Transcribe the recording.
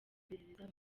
iperereza